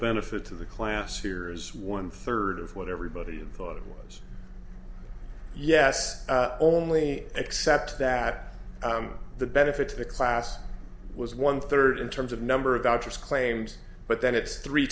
benefit to the class here is one third of what everybody thought it was yes only except that the benefit to the class was one third in terms of number of doctors claims but then it's three